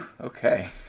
okay